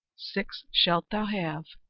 six shalt thou have.